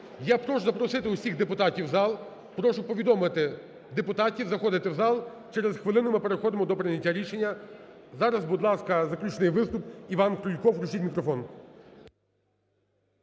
Я прошу запросити всіх депутатів в зал, прошу повідомити депутатів заходити в зал, через хвилину ми переходимо до прийняття рішення. Зараз, будь ласка, заключний виступ Іван Крулько. Включіть мікрофон.